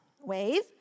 wave